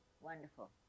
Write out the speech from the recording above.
wonderful